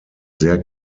sehr